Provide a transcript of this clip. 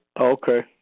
Okay